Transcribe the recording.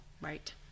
Right